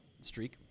streak